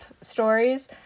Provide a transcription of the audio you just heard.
stories